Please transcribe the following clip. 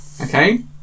Okay